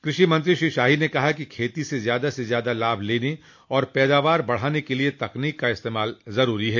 कृषि मंत्री श्री शाही ने कहा कि खेती से ज्यादा से ज्यादा लाभ लेने और पैदावार बढ़ाने के लिये तकनीकी का इस्तेमाल ज़रूरी है